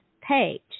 page